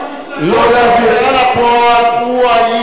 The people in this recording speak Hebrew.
ראש ההוצאה לפועל הוא האיש,